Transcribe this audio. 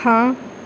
ਹਾਂ